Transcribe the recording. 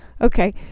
Okay